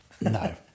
no